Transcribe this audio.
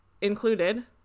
included